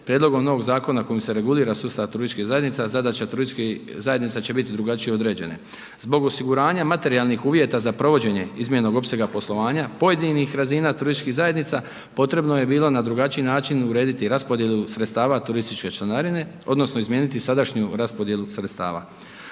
Prijedlogom ovog zakona kojim se regulira sustav turističkih zajednica, zadaća turističkih zajednica će biti drugačije određene. Zbog osiguranja materijalnih uvjeta za provođenje izmijenjenog opsega poslovanja pojedinih razina turističkih zajednica, potrebno je bilo na drugačiji način urediti raspodjelu sredstava turističke članarine odnosno izmijeniti sadašnju raspodjelu sredstava.